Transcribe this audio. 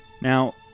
Now